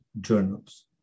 journals